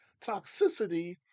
Toxicity